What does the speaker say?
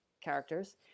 characters